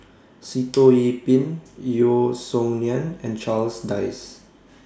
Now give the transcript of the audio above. Sitoh Yih Pin Yeo Song Nian and Charles Dyce